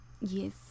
Yes